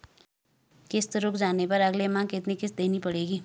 किश्त रुक जाने पर अगले माह कितनी किश्त देनी पड़ेगी?